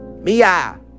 Mia